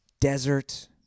desert